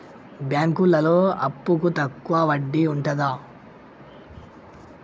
బ్యాంకులలో అప్పుకు తక్కువ వడ్డీ ఉంటదా?